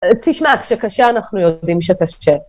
תשמע, כשקשה אנחנו יודעים שקשה.